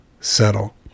settle